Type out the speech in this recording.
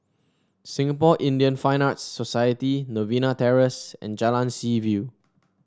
Singapore Indian Fine Arts Society Novena Terrace and Jalan Seaview